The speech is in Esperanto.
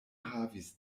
havis